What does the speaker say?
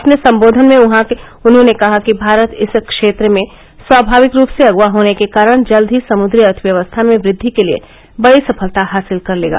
अपने संबोधन में उन्होंने कहा कि भारत इस क्षेत्र में स्वभाविक रूप से अगुवा होने के कारण जल्द ही समुद्री अर्थव्यवस्था में वृद्दि के लिए बड़ी सफलता हासिल कर लेगा